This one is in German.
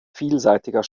vielseitiger